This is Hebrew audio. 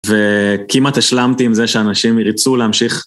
וכמעט השלמתי עם זה שאנשים ירצו להמשיך.